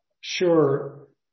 Sure